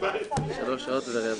כחברת מפלגת יש עתיד.